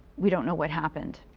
we don't know what happened.